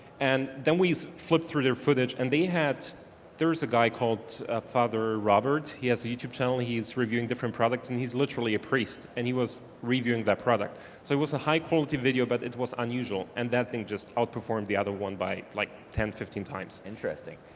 and then we flipped through their footage and they had there's a guy called father robert. he has a youtube channel, he's reviewing different products and he's literally a priest and he was reviewing that product. so it was a high quality video but it was unusual and that thing just outperformed the other one by like ten, fifteen times. interesting.